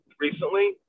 recently